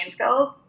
landfills